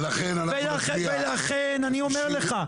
ולכן אנחנו נצביע --- ולכן אני אומר לך,